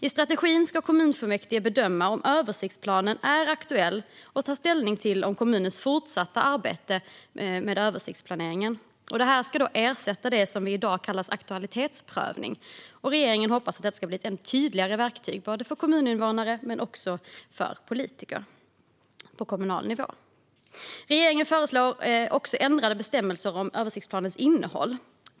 I den ska kommunfullmäktige bedöma om översiktsplanen är aktuell och ta ställning till kommunens fortsatta arbete med översiktsplanering. Det ska ersätta det som i dag kallas aktualitetsprövning. Regeringen hoppas att det ska bli ett tydligare verktyg, både för kommuninvånare och för politiker på kommunal nivå. Regeringen föreslår även ändrade bestämmelser om översiktsplanens innehåll.